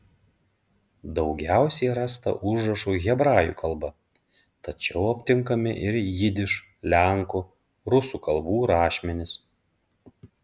daugiausiai rasta užrašų hebrajų kalba tačiau aptinkami ir jidiš lenkų rusų kalbų rašmenys